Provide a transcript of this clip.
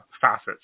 facets